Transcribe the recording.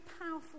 powerful